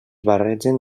barregen